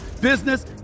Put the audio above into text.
business